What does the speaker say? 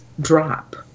drop